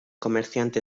comerciante